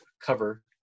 cover